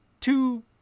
two